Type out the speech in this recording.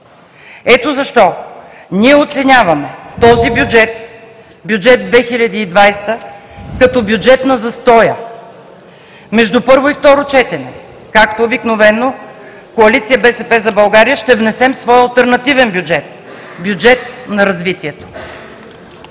Ето защо ние оценяваме този бюджет – бюджет 2020 г., като бюджет на застоя. Между първо и второ четене, както обикновено, Коалиция „БСП за България“ ще внесем своя алтернативен бюджет – бюджет на развитието.